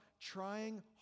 trying